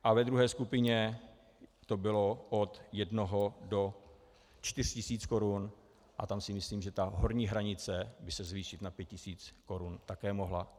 A ve druhé skupině to bylo od 1 do 4 tisíc korun a tam si myslím, že ta horní hranice by se zvýšit na 5 tisíc korun také mohla.